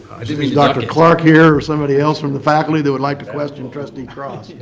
i mean dr. clark here or somebody else from the faculty that would like to question trustee cross?